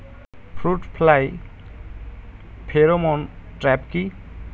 Fruit fly pheromone trap কি?